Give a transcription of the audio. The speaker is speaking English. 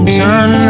turn